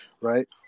right